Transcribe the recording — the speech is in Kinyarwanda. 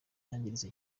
yangiritse